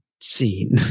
scene